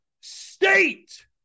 state